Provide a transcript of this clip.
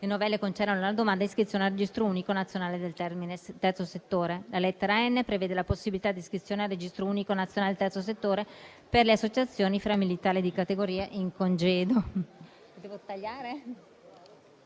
Le novelle concernono la domanda d'iscrizione al registro unico nazionale del Terzo settore. La lettera *n)* prevede la possibilità di iscrizione al registro unico nazionale del Terzo settore per le associazioni fra militari di categorie in congedo.